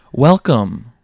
Welcome